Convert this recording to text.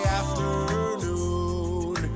afternoon